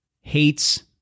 hates